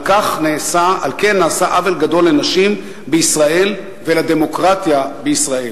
על כן נעשה עוול גדול לנשים בישראל ולדמוקרטיה בישראל.